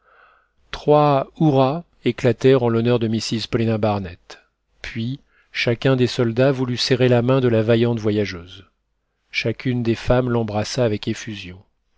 trois hurrahs éclatèrent en l'honneur de mrs paulina barnett puis chacun des soldats voulut serrer la main de la vaillante voyageuse chacune des femmes l'embrassa avec effusion